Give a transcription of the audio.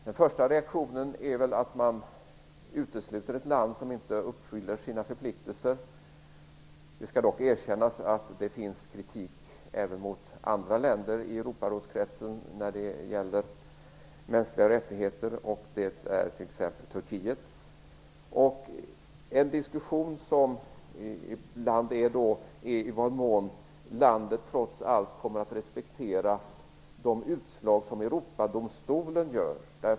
Den första reaktionen är väl att man utesluter ett land som inte uppfyller sina förpliktelser. Det skall dock erkännas att det finns kritik även mot andra länder i Europarådskretsen när det gäller mänskliga rättigheter. Det rör sig t.ex. om Turkiet. En diskussion som ibland förekommer handlar om i vad mån landet trots allt kommer att respektera de utslag som Europadomstolen gör.